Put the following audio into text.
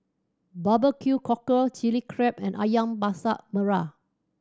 barbecue cockle Chili Crab and Ayam Masak Merah